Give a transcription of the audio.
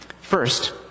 First